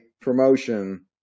promotion